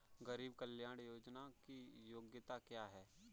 गरीब कल्याण योजना की योग्यता क्या है?